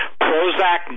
Prozac